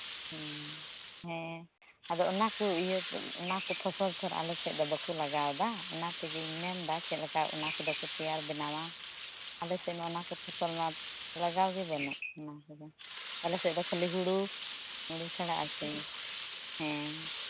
ᱚ ᱦᱮᱸ ᱟᱨ ᱤᱭᱟᱹᱫᱚ ᱚᱱᱟ ᱠᱚ ᱯᱷᱚᱥᱚᱞ ᱟᱞᱮ ᱥᱮᱫ ᱫᱚ ᱵᱟᱠᱚ ᱞᱟᱜᱟᱣᱫᱟ ᱚᱱᱟ ᱛᱮᱜᱤᱧ ᱢᱮᱱᱫᱟ ᱪᱮᱫ ᱞᱮᱠᱟ ᱚᱱᱟ ᱠᱚᱫᱚ ᱠᱚ ᱛᱮᱭᱟᱨ ᱵᱮᱱᱟᱣᱟ ᱟᱞᱮ ᱥᱮᱫ ᱢᱟ ᱚᱱᱟ ᱠᱚ ᱯᱷᱚᱥᱚᱞᱢᱟ ᱞᱟᱜᱟᱣ ᱜᱮ ᱵᱟᱹᱱᱩᱜ ᱚᱱᱟ ᱠᱚᱫᱚ ᱟᱞᱮ ᱥᱮᱫ ᱫᱚ ᱠᱷᱟᱹᱞᱤ ᱦᱩᱲᱩ ᱪᱷᱟᱲᱟ ᱟᱨ ᱪᱮᱫᱜᱮ ᱦᱮᱸ